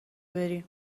بریم